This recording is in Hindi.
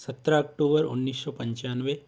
सत्रह अक्टूबर उनीस सौ पंचानवे